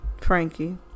Frankie